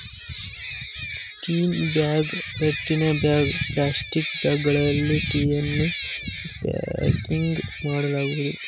tin bag, ರಟ್ಟಿನ bag, plastic ಬ್ಯಾಗ್ಗಳಲ್ಲಿ ಟೀಯನ್ನು ಪ್ಯಾಕಿಂಗ್ ಮಾಡಲಾಗುವುದು